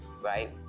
right